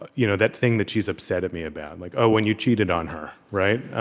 but you know that thing that she's upset at me about. like oh, when you cheated on her, right?